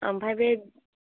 ओमफ्राय बे